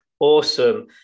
Awesome